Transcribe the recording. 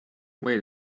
wait